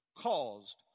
caused